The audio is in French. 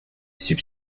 sub